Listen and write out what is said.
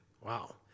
Wow